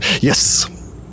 Yes